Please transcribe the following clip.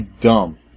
dumb